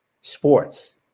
sports